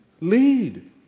Lead